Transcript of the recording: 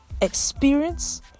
experience